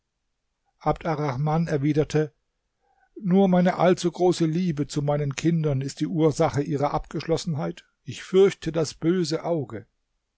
abd arrahman erwiderte nur meine allzu große liebe zu meinen kindern ist die ursache ihrer abgeschlossenheit ich fürchte das böse auge